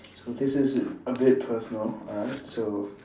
so this is a bit personal alright so